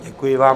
Děkuji vám.